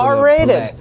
R-rated